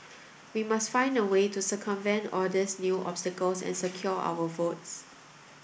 we must find a way to circumvent all these new obstacles and secure our votes